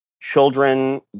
Children